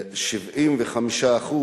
75%